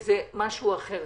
זה משהו אחר.